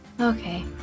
Okay